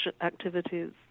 activities